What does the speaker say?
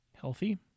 healthy